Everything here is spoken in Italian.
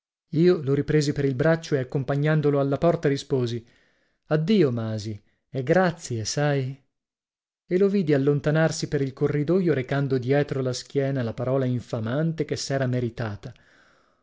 io lo ripresi per il braccio e accompagnandolo alla porta risposi addio masi e grazie sai e lo vidi allontanarsi per il corridoio recando dietro la schiena la parola infamante che s'era meritata